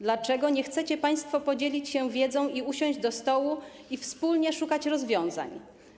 Dlaczego nie chcecie państwo podzielić się wiedzą, usiąść do stołu i wspólnie szukać rozwiązań?